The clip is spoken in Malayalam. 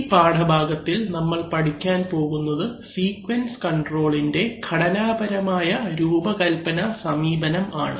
ഈ പാഠഭാഗത്തിൽ നമ്മൾ പഠിക്കാൻ പോകുന്നത് സീക്വൻസ് കൺട്രോളിന്റെ ഘടനാപരമായ രൂപകല്പന സമീപനം ആണ്